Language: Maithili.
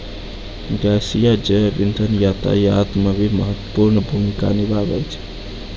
गैसीय जैव इंधन यातायात म भी महत्वपूर्ण भूमिका निभावै छै